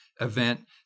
Event